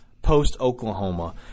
post-Oklahoma